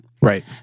Right